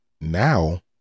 Now